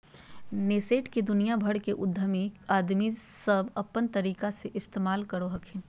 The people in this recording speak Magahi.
नैसैंट के दुनिया भर के उद्यमी आदमी सब अपन तरीका से इस्तेमाल करो हखिन